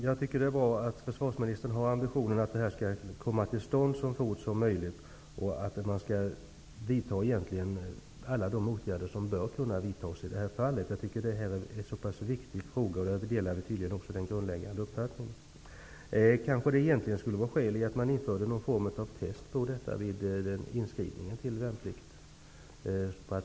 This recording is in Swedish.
Herr talman! Det är bra att försvarsministen har ambitionen att detta skall komma till stånd så fort som möjligt och att man vidtar alla de åtgärder som kan vidtas i detta fall. Detta är en så pass viktig fråga. Vi delar tydligen den grundläggande uppfattningen. Kanske det egentligen skulle finnas skäl för att införa någon form av test vid inskrivningen till värnpliktstjänstgöringen.